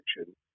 action